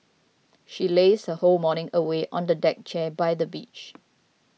she lazed her whole morning away on a deck chair by the beach